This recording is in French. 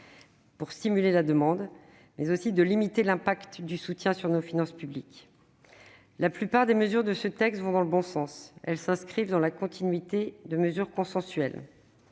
de stimuler la demande, et de limiter l'impact du soutien sur nos finances publiques. La plupart des mesures de ce texte vont dans le bon sens. Elles s'inscrivent dans la continuité de mesures consensuelles.